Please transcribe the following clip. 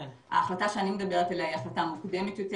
ההחלטה שאני מדברת עליה היא החלטה מוקדמת יותר,